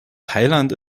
thailand